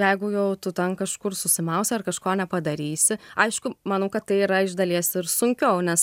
jeigu jau tu ten kažkur susimausi ar kažko nepadarysi aišku manau kad tai yra iš dalies ir sunkiau nes